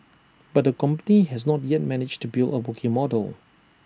but the company has not yet managed to build A working model